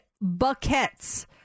Buckets